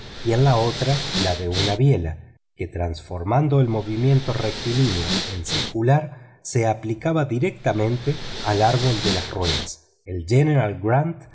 y en la otra la de una biela que transformando el movimiento rectilíneo en circular se aplicaba directamente al árbol de las ruedas el general grant